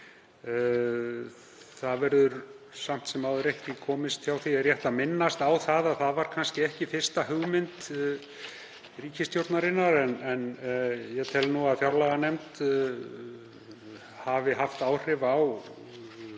Það verður samt sem áður ekki komist hjá því að minnast á að það var kannski ekki fyrsta hugmynd ríkisstjórnarinnar en ég tel að fjárlaganefnd hafi haft áhrif á